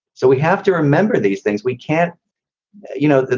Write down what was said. so we have to remember these things. we can't you know,